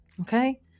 Okay